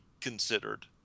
considered